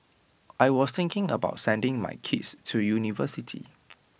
I will thinking about sending my kids to university